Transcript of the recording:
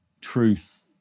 truth